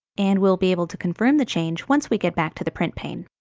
and we'll be able to confirm the change once we get back to the print pane.